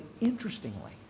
interestingly